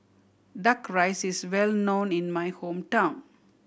Duck Rice is well known in my hometown